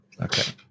Okay